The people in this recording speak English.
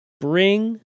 Bring